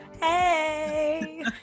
Hey